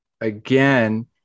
again